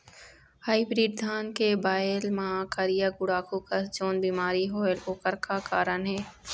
Hybrid धान के बायेल मां करिया गुड़ाखू कस जोन बीमारी होएल ओकर का कारण हे?